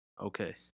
Okay